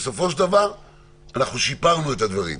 בסופו של דבר אנחנו שיפרנו את הדברים.